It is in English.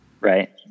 Right